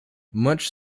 much